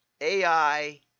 AI